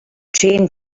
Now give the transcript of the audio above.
train